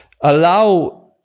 allow